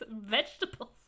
vegetables